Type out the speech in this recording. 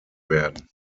werden